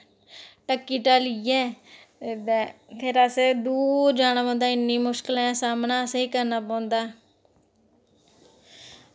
ढक्की ढलियै फिर असें दूर जाना पौंदा इन्नी मुश्कलें दा सामना असेंगी करना पौंदा